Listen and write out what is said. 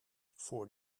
voor